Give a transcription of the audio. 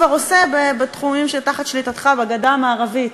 כבר עושה בתחומים שבשליטתך בגדה המערבית,